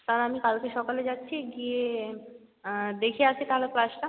তা আমি কালকে সকালে যাচ্ছি গিয়ে দেখে আসি তাহলে ক্লাসটা